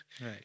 Right